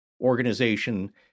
organization